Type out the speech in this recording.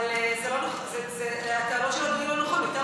אבל הטענות של אדוני אינן נכונות.